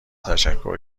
تشکر